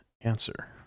answer